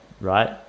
right